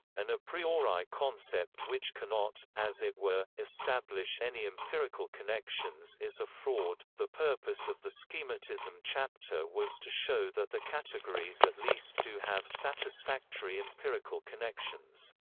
an a priori concept which cannot, as it were, establish any empirical connections is a fraud, the purpose of the so schematism chapter was to show that the categories at least do have satisfactory empirical connections.